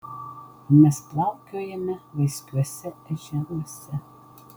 mes plaukiojame vaiskiuose ežeruose